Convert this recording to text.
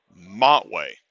Montway